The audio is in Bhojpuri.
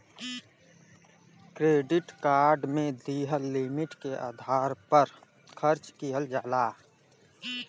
क्रेडिट कार्ड में दिहल लिमिट के आधार पर खर्च किहल जाला